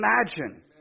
imagine